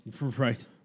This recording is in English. Right